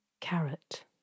Carrot